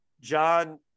John